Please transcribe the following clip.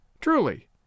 Truly